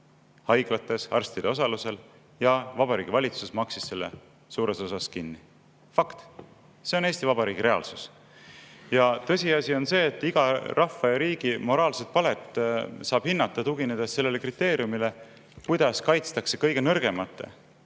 haiglates arstide osalusel ja Vabariigi Valitsus maksis selle suures osas kinni. Fakt! See on Eesti Vabariigi reaalsus. Tõsiasi on see, et iga rahva ja riigi moraalset palet saab hinnata, [lähtudes] sellest kriteeriumist, kuidas kaitstakse kõige nõrgemate